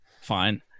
Fine